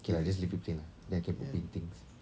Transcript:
okay lah just leave it plain lah then I can put paintings